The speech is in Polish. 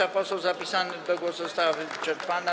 Lista posłów zapisanych do głosu została wyczerpana.